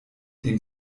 den